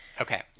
Okay